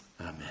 Amen